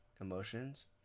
emotions